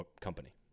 company